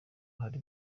hari